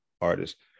artists